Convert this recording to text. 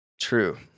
True